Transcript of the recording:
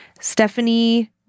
Stephanie